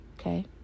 Okay